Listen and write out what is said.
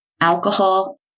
alcohol